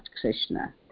Krishna